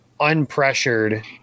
unpressured